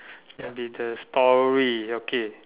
can be the story okay